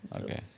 Okay